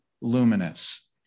luminous